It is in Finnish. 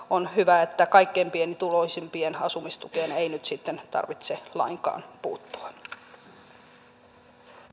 on hyvä että kaikkein pienituloisimpien asumistukeen ei nyt sitten tarvitse lainkaan puuttua